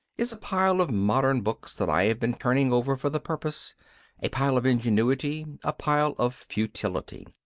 is a pile of modern books that i have been turning over for the purpose a pile of ingenuity, a pile of futility.